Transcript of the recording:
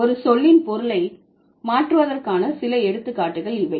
ஒரு சொல்லின் பொருளை மாற்றுவதற்கான சில எடுத்துக்காட்டுகள் இவை